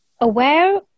aware